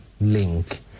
link